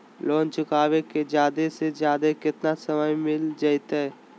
Loan चुकाबे के जादे से जादे केतना समय डेल जयते?